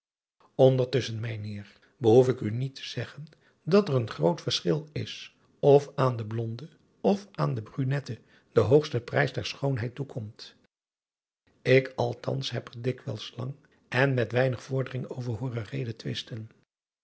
ndertusschen mijn heer behoef ik u niet te zeggen dat er een groot verschil is of aan de blonden of aan de bruinetten de hoogste prijs der schoonheid toekomt k althans heb er dikwijls lang en met weinig vordering over hooren